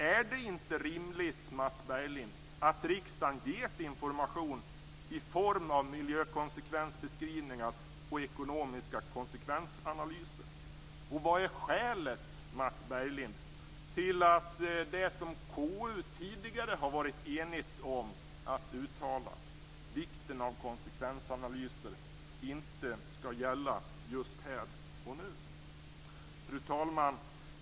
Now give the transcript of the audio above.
Är det inte rimligt, Mats Berglind, att riksdagen ges information i form av miljökonsekvensbeskrivningar och ekonomiska konsekvensanalyser? Vad är skälet, Mats Berglind, till att det som KU tidigare har varit enigt om att uttala, vikten av konsekvensanalyser, inte skall gälla just här och nu? Fru talman!